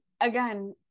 again